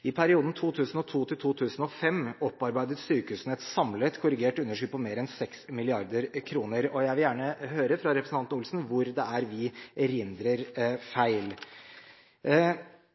I perioden 2002–2005 opparbeidet sykehusene seg et samlet korrigert underskudd på mer enn 6 mrd. kr. Jeg vil gjerne høre fra representanten Per Arne Olsen hvor det er vi erindrer feil.